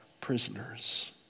prisoners